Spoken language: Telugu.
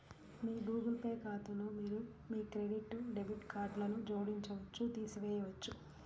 మీ గూగుల్ పే ఖాతాలో మీరు మీ క్రెడిట్, డెబిట్ కార్డ్లను జోడించవచ్చు, తీసివేయవచ్చు